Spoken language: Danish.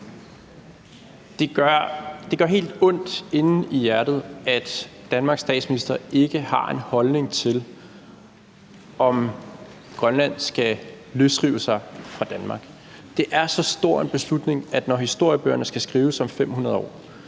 Det gør helt ondt inde i hjertet, at Danmarks statsminister ikke har en holdning til, om Grønland skal løsrive sig fra Danmark. Det er så stor en beslutning, at når historiebøgerne skal skrives om 500 år,